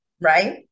right